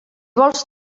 vols